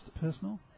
personal